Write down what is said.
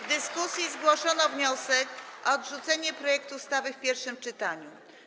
W dyskusji zgłoszono wniosek o odrzucenie projektu ustawy w pierwszym czytaniu.